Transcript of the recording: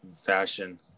fashion